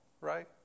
right